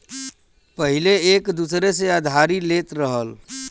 पहिले आदमी एक दूसर से उधारी लेत रहल